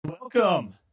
Welcome